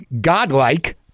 godlike